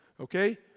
okay